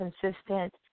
consistent